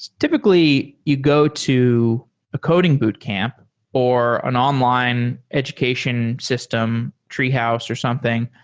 typically you go to a coding boot camp or an online education system, treehouse or something,